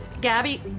Gabby